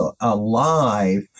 alive